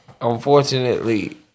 Unfortunately